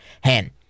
hand